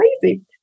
crazy